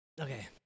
Okay